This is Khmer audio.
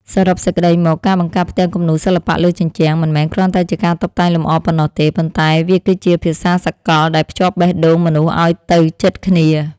សរុបសេចក្ដីមក ការបង្កើតផ្ទាំងគំនូរសិល្បៈលើជញ្ជាំង មិនមែនគ្រាន់តែជាការតុបតែងលម្អប៉ុណ្ណោះទេ ប៉ុន្តែវាគឺជា ភាសាសកល ដែលភ្ជាប់បេះដូងមនុស្សឱ្យទៅជិតគ្នា។